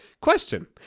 Question